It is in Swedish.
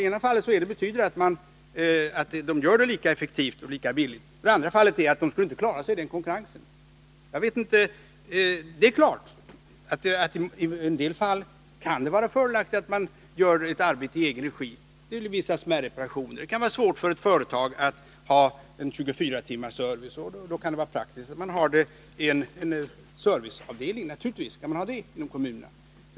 I ena fallet anser man att kommunernas folk gör arbetet lika effektivt och billigt, i andra fallet att de inte skulle klara sig i konkurrensen. Det är klart att det i en del fall kan vara fördelaktigare att utföra arbete i egen regi, t.ex. vissa smärre reparationer. Det kan vara svårt för ett företag att ha 24-timmarsservice, och då kan det vara praktiskt med en serviceavdelning — så det kan man naturligtvis ha inom kommunerna.